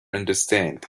understand